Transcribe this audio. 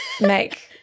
make